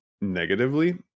negatively